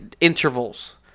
intervals